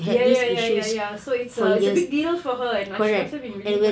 ya ya ya ya ya so it's a it's a big deal for and she must have been really hurt